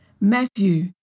Matthew